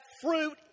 fruit